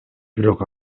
бирок